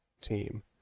team